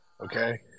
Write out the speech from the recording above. okay